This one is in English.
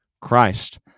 Christ